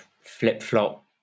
flip-flop